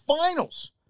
finals